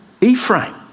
Ephraim